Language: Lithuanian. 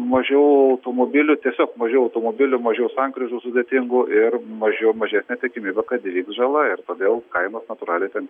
mažiau automobilių tiesiog mažiau automobilių mažiau sankryžų sudėtingų ir mažiau mažesnė tikimybė kad įvyks žala ir todėl kainos natūraliai ten